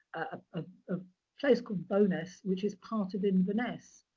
ah a place called bo'ness, which is part of inverness.